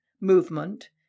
movement